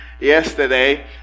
yesterday